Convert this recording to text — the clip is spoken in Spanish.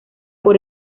por